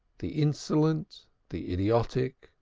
the insolent, the idiotic,